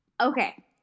Okay